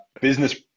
business